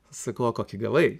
sakau o kokį gavai